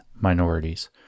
minorities